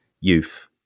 youth